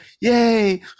Yay